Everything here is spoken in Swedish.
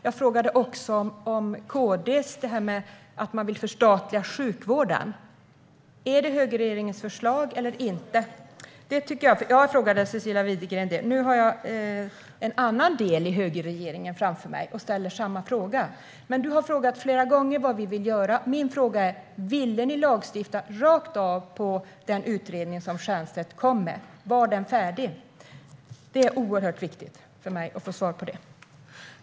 Jag frågade också KD om det här med att förstatliga sjukvården. Är det högerns förslag eller inte? Jag frågade Cecilia Widegren om det. Nu har jag en annan del av högern framför mig och ställer samma fråga till dig, Anders W Jonsson. Du har frågat flera gånger vad vi vill göra. Min fråga är: Ville ni lagstifta rakt av på Stiernstedts utredning? Var den färdig? Det är oerhört viktigt för mig att få svar på det.